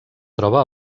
troba